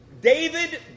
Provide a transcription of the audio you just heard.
David